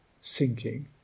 sinking